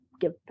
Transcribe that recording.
give